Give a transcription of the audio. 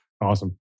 Awesome